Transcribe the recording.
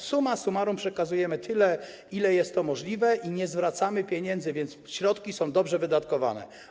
Summa summarum przekazujemy tyle, ile jest możliwe, i nie zwracamy pieniędzy, więc środki są dobrze wydatkowane.